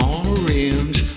orange